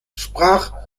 sprachrohr